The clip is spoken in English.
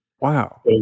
Wow